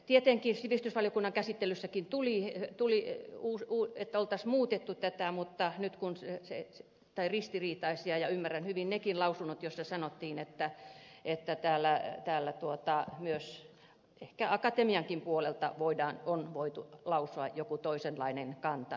tietenkin sivistysvaliokunnan käsittelyssäkin tuli uusi puun että oltais muutettu tätä mutta nyt kun se itse tai ristiriitaisia lausuntoja ja ymmärrän hyvin nekin lausunnot joissa sanottiin että täällä myös ehkä akatemiankin puolelta on voitu lausua joku toisenlainen kanta